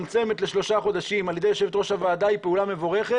שמצמצמת לשלושה חודשים על ידי יושבת-ראש הוועדה היא פעולה מבורכת.